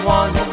one